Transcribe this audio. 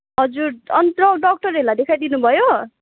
हजुर अनि त डक्टरहरूलाई देखाइदिनुभयो